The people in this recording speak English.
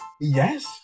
Yes